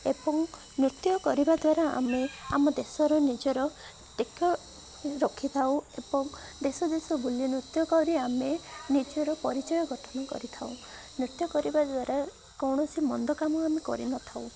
ଏବଂ ନୃତ୍ୟ କରିବା ଦ୍ୱାରା ଆମେ ଆମ ଦେଶର ନିଜର ଟେକ ରଖିଥାଉ ଏବଂ ଦେଶ ଦେଶ ବୁଲି ନୃତ୍ୟ କରି ଆମେ ନିଜର ପରିଚୟ ଗଠନ କରିଥାଉ ନୃତ୍ୟ କରିବା ଦ୍ୱାରା କୌଣସି ମନ୍ଦ କାମ ଆମେ କରିନଥାଉ